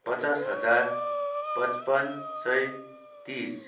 पचास हजार पचपन्न सय तिस